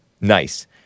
nice